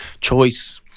choice